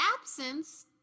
absence